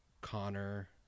Connor